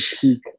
peak